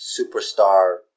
superstar